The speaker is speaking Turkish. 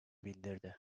bildirdi